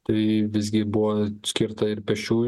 tai visgi buvo skirta ir pėsčiųjų